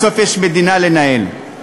בסוף יש מדינה לנהל.